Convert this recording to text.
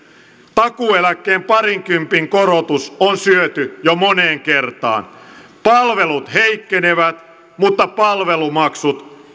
takuueläkkeen parin kympin korotus on syöty jo moneen kertaan palvelut heikkenevät mutta palvelumaksut